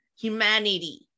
Humanity